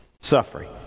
suffering